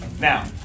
Now